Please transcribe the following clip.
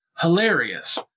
hilarious